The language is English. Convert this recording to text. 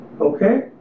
Okay